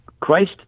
Christ